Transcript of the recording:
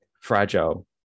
fragile